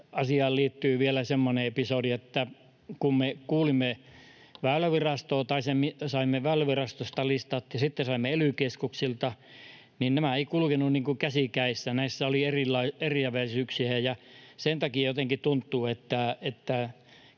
silta-asiaan liittyy vielä semmoinen episodi, että kun me saimme listat Väylävirastosta ja sitten saimme ne ely-keskuksilta, niin nämä eivät kulkeneet käsi kädessä. Näissä oli eriäväisyyksiä. Sen takia jotenkin pohdin,